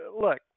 look